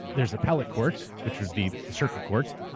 there's appellate courts, which are the circuit courts,